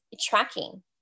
tracking